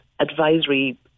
advisory